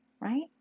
right